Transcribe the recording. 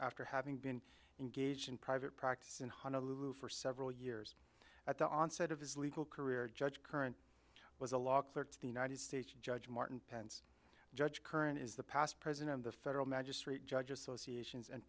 after having been engaged in private practice in honolulu for several years at the onset of his legal career judge current was a law clerk to the united states judge martin pence judge curran is the past president of the federal magistrate judge associations and